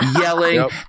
yelling